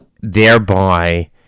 thereby